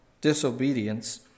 disobedience